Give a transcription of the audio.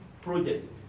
project